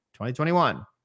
2021